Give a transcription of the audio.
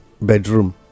bedroom